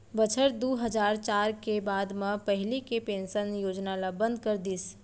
बछर दू हजार चार के बाद म पहिली के पेंसन योजना ल बंद कर दिस